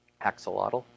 Axolotl